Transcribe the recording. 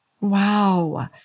Wow